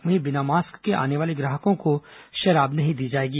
वहीं बिना मास्क के आने वाले ग्राहकों को शराब नहीं दी जाएगी